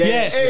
Yes